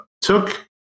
took